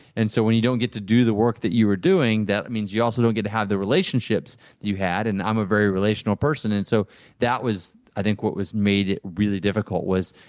and so, when you don't get to do the work that you were doing, that means you also don't get to have the relationships that you had. and i'm a very relational person and so that was, i think what made it really difficult was,